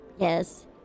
Yes